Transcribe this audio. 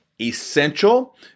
essential